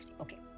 okay